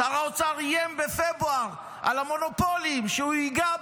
שר האוצר איים בפברואר על המונופולים שהוא ייגע בהם,